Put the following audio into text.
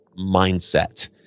mindset